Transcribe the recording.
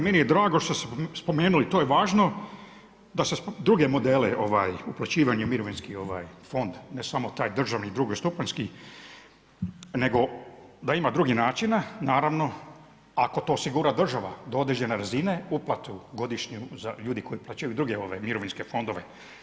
Meni je drago što ste spomenuli to je važno za druge modele uplaćivanja mirovinski fond, ne samo taj državni drugostupanjski nego da ima drugih načina, naravno ako to osigura država do određene razine uplatu godišnju za ljude koji uplaćuju u druge mirovinske fondove.